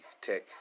Tech